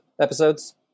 episodes